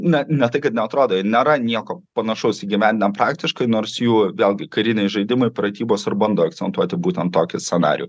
na ne tai kad neatrodo nėra nieko panašaus įgyvendinam praktiškai nors jų vėlgi kariniai žaidimai pratybos ar bando akcentuoti būtent tokį scenarijų